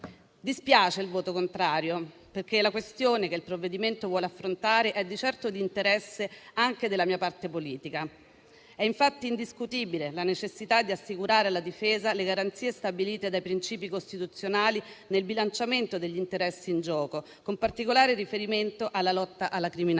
Dispiace il voto contrario, perché la questione che il provvedimento vuole affrontare è di certo di interesse anche della mia parte politica. È infatti indiscutibile la necessità di assicurare alla difesa le garanzie stabilite dai principi costituzionali nel bilanciamento degli interessi in gioco, con particolare riferimento alla lotta alla criminalità,